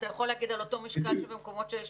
אתה יכול להגיד על אותו משקל שבמקומות שיש